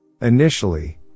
Initially